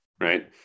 right